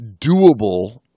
doable